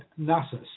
Nassus